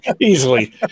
Easily